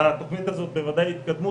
והתוכנית הזאת היא בוודאי התקדמות.